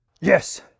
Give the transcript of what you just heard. Yes